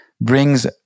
brings